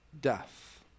death